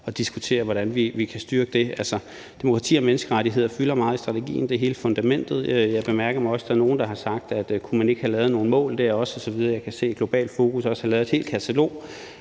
at diskutere, hvordan vi kan styrke det. Altså, demokrati og menneskerettigheder fylder meget i strategien – det er hele fundamentet. Og jeg bemærker også, at der er nogle, der har spurgt, om man ikke kunne have lavet nogle mål dér også osv. Jeg kan se, at Globalt Fokus har lavet et helt katalog